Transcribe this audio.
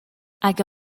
اگه